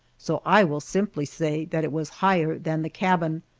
so i will simply say that it was higher than the cabin,